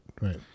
right